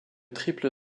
triple